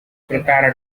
prepare